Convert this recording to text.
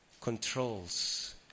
controls